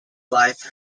life